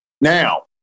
now